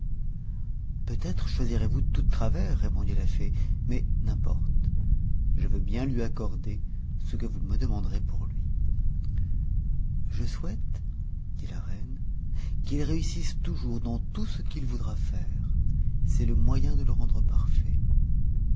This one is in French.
peut-être choisirez vous tout de travers répondit la fée mais n'importe je veux bien lui accorder ce que vous me demanderez pour lui je souhaite dit la reine qu'il réussisse toujours dans tout ce qu'il voudra faire c'est le moyen de le rendre parfait